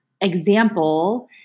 example